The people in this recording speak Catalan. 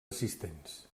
assistents